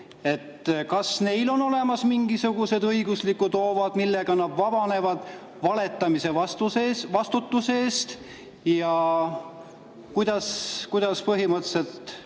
Kas neil on olemas mingisugused õiguslikud hoovad, millega nad vabanevad valetamise eest vastutusest? Kuidas põhimõtteliselt